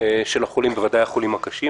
של החולים, בוודאי החולים הקשים.